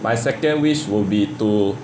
my second wish will be to